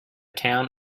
town